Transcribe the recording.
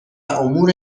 امور